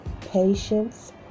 patience